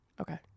okay